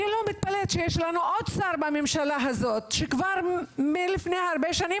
אני לא מתפלאת שיש לנו עוד שר בממשלה הזאת שכבר לפני הרבה שנים